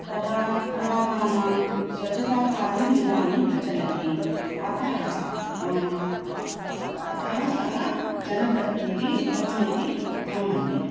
तडा तडागानां स्वच्छताकार्यम् इदानीं प्रचलति अतः अतः सः जनप्रतिनिधिः उत्तमः इति अहं मन्ये